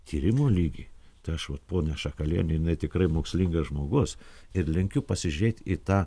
tyrimo lygį tai aš vat poniai šakalienei jinai tikrai mokslingas žmogus ir linkiu pasižiūrėt į tą